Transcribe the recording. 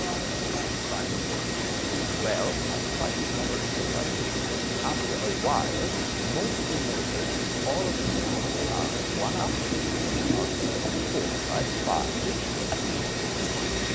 apart from being primes, of course well, i've tried these numbers on quite a few people and after a while most will notice all of these numbers are one up from a multiple of four. right? five is four plus one,